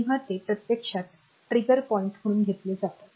तेव्हा ते प्रत्यक्षात ट्रिगर पॉईंट्स म्हणून घेतले जातात